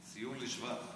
ציון לשבח.